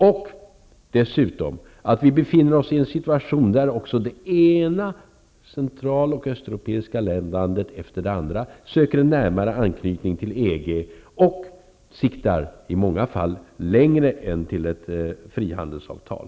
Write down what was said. Vi befinner oss dessutom i en situation där det ena central och östeuropeiska landet efter det andra söker en närmare anknytning till EG och i många fall siktar längre än till ett frihandelsavtal.